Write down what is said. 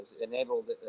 enabled